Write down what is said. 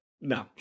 No